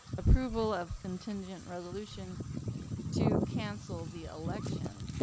approval of contingent resolution to cancel the election.